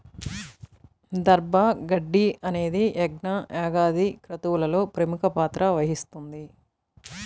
దర్భ గడ్డి అనేది యజ్ఞ, యాగాది క్రతువులలో ప్రముఖ పాత్ర వహిస్తుంది